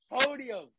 Podium